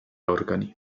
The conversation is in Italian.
organi